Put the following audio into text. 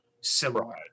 similar